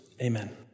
Amen